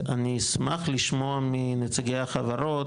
אני אשמח לשמוע מנציגי החברות,